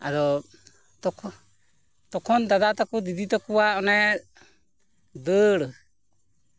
ᱟᱫᱚ ᱛᱚᱠᱷᱚ ᱛᱚᱠᱷᱚᱱ ᱫᱟᱫᱟ ᱛᱟᱠᱚ ᱫᱤᱫᱤ ᱛᱟᱠᱚᱣᱟᱜ ᱚᱱᱮ ᱫᱟᱹᱲ